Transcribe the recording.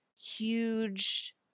huge